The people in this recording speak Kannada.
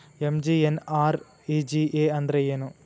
ಎಂ.ಜಿ.ಎನ್.ಆರ್.ಇ.ಜಿ.ಎ ಅಂದ್ರೆ ಏನು?